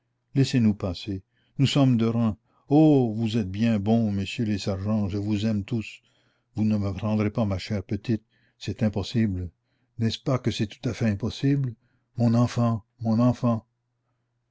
laissez-nous passer nous sommes de reims oh vous êtes bien bons messieurs les sergents je vous aime tous vous ne me prendrez pas ma chère petite c'est impossible n'est-ce pas que c'est tout à fait impossible mon enfant mon enfant